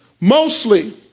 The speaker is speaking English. mostly